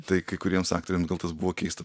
tai kai kuriems aktoriam gal tas buvo keista